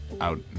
out